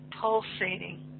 pulsating